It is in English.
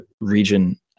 region